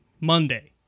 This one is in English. Monday